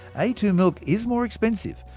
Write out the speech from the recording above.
a two milk is more expensive,